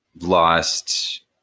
lost